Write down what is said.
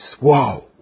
Wow